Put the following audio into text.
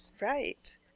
Right